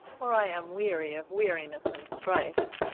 or i am weary of weariness and strife.